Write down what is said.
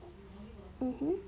mmhmm